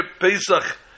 Pesach